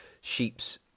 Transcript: sheep's